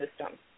system